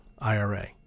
IRA